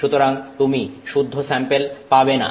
সুতরাং তুমি শুদ্ধ স্যাম্পেল পাবেনা